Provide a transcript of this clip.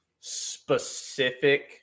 Specific